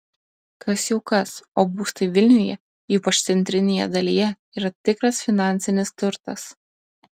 kas jau kas o būstai vilniuje ypač centrinėje dalyje yra tikras finansinis turtas